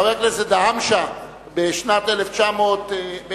חבר הכנסת דהאמשה בשנת 2003 או